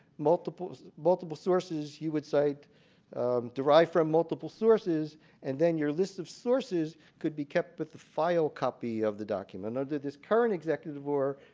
multiple multiple sources you would cite derived from multiple sources and then your list of sources could be kept with the file copy of the document. under this current executive order,